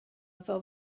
efo